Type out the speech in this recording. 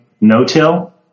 no-till